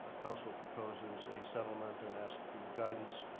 counsel proposes a settlement and asked for your guidance.